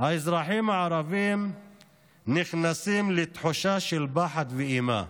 האזרחים הערבים נכנסים לתחושה של פחד ואימה.